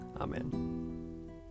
Amen